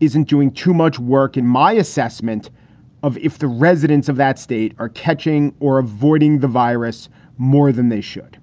isn't doing too much work in my assessment of if the residents of that state are catching or. boarding the virus more than they should.